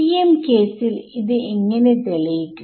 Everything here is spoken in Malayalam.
TM കേസിൽ ഇത് എങ്ങനെ തെളിയിക്കും